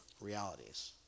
realities